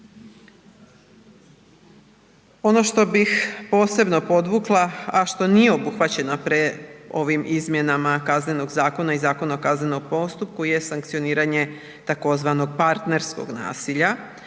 Ono što bih posebno podvukla, a što nije obuhvaćeno, ovih izmjenama Kaznenog zakona i Zakona o kaznenom postupku je sankcioniranje tzv. partnerskog nasilja